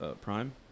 Prime